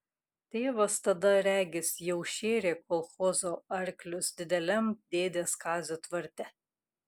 tėvas tada regis jau šėrė kolchozo arklius dideliam dėdės kazio tvarte